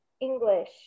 English